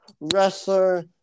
wrestler